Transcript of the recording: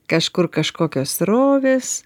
kažkur kažkokios srovės